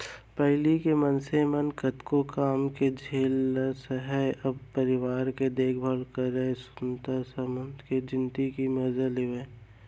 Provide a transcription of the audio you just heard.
पहिली के मनसे मन कतको काम के झेल ल सहयँ, अपन परिवार के देखभाल करतए सुनता सलाव ले जिनगी के मजा लेवयँ